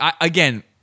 Again